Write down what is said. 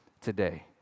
today